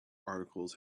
articles